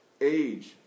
age